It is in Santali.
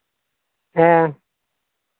ᱦᱮᱸ